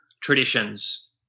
traditions